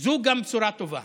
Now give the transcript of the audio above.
זו גם בשורה טובה